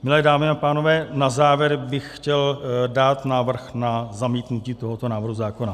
Milé dámy a pánové, na závěr bych chtěl dát návrh na zamítnutí tohoto návrhu zákona.